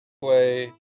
play